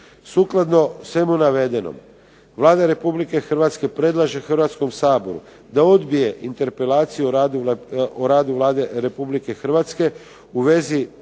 Sukladno svemu navedenom Vlada Republike Hrvatske predlaže Hrvatskom saboru da odbije interpelaciju o radu Vlade Republike Hrvatske u vezi